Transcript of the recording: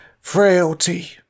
frailty